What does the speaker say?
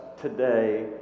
today